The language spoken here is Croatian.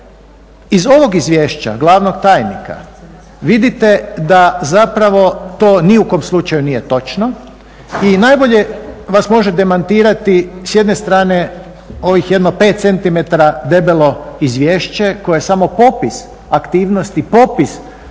Iz ovog izvješća glavnog tajnika vidite da zapravo to ni u kom slučaju nije točno i najbolje vas može demantirati s jedne strane ovih jedno 5 cm debelo izvješće koje je samo popis aktivnosti, popis